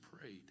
prayed